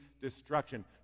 destruction